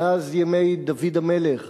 מאז ימי דוד המלך,